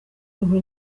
uruhu